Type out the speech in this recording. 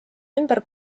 ümber